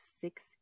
six